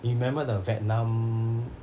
you remember the vietnam